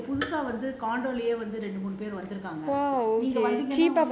ஏன்னா இங்க புதுசா வந்து ரெண்டு மூணு பேர் வந்து இருக்காங்க:yaenaa inga puthusa vanthu rendu moonu per vanthu irukaanga